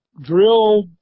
drill